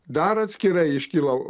dar atskirai iškilo